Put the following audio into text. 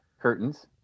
curtains